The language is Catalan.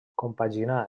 compaginà